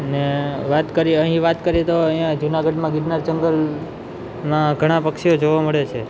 ને વાત કરીએ અહીં વાત કરીએ તો જૂનાગઢમાં ગિરનાર જંગલના ઘણા પક્ષીઓ જોવા મળે છે